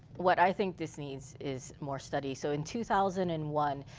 what i think this needs is more studies. so in two thousand and one,